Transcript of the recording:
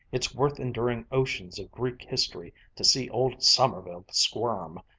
it's worth enduring oceans of greek history to see old sommerville squirm.